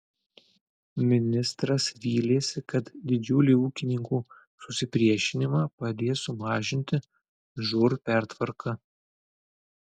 ministras vylėsi kad didžiulį ūkininkų susipriešinimą padės sumažinti žūr pertvarka